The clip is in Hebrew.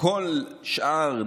כל השאר,